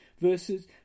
versus